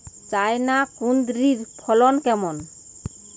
China কুঁদরীর ফলন কেমন?